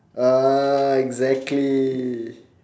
ah exactly